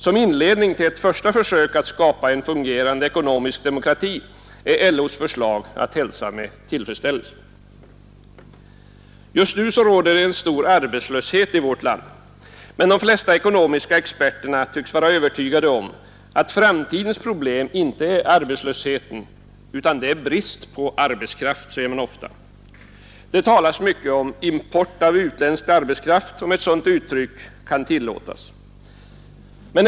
Som inledning till ett första försök att skapa en fungerande ekonomisk demokrati är LO:s förslag att hälsa med tillfredsställelse. Just nu råder en stor arbetslöshet i vårt land, men de flesta ekonomiska experter tycks vara övertygade om att framtidens problem inte är arbetslöshet utan brist på arbetskraft. Därför talas mycket om ”import” av utländsk arbetskraft, om nu ett sådant uttryck kan tillåtas.